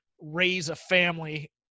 raise-a-family